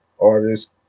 artist